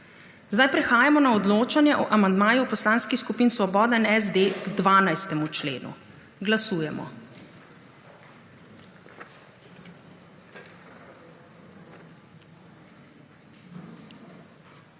Sedaj prehajamo na odločanje o amandmaju Poslanskih skupin Svoboda in SD k 12. členu. Glasujemo.